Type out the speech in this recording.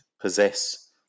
possess